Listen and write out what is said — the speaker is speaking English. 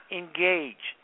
engage